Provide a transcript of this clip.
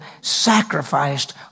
sacrificed